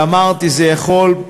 ואמרתי, זה יכול,